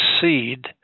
seed